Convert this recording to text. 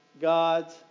God's